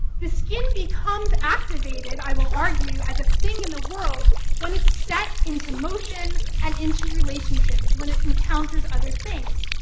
the skin becomes activated, i will argue, as a thing in the world when it's set into motion and into relationships, when it encounters other things.